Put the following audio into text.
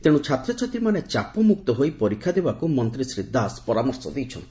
ତେଶୁ ଛାତ୍ରଛାତ୍ରୀମାନେ ଚାପମୁକ୍ତ ହୋଇ ପରୀକ୍ଷା ଦେବାକୁ ମନ୍ତୀ ଶ୍ରୀ ଦାସ ପରାମର୍ଶ ଦେଇଛନ୍ତି